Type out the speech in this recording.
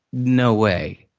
no way,